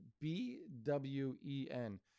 B-W-E-N